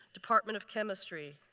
department of chemistry.